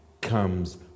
comes